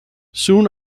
soon